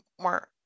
more